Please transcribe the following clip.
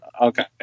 Okay